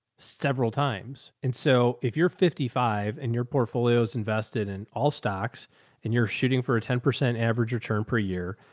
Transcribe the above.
several times. and so if you're fifty five and your portfolio is invested in all stocks and you're shooting for a ten percent average return per year,